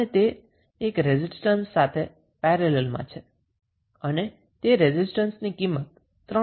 અને તે એક રેઝિસ્ટન્સ સાથે પેરેલલમાં છે જે રેઝિસ્ટન્સની કિંમત 3 ઓહ્મ હશે